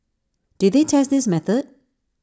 did they test this method